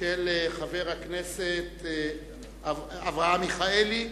של חבר הכנסת אברהם מיכאלי,